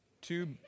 two